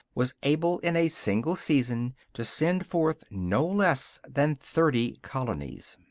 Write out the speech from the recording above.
was able in a single season to send forth no less than thirty colonies.